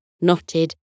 knotted